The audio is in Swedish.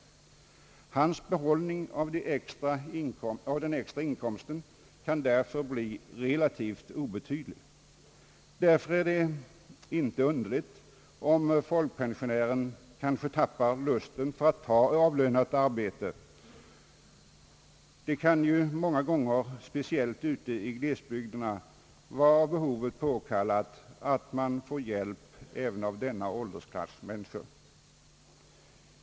Hans behållning av den extra inkomsten kan därför bli relativt obetydlig. Därför är det inte underligt om folkpensionären kanske tappar lusten att ta avlönat arbete. Det kan ju många gånger, speciellt ute i glesbygderna, vara av behovet påkallat att få hjälp även av den åldersklassen människor.